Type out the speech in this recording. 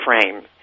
frame